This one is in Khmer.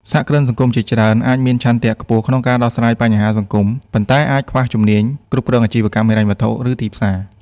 សហគ្រិនសង្គមជាច្រើនអាចមានឆន្ទៈខ្ពស់ក្នុងការដោះស្រាយបញ្ហាសង្គម ប៉ុន្តែអាចខ្វះជំនាញគ្រប់គ្រងអាជីវកម្ម ហិរញ្ញវត្ថុ ឬទីផ្សារ។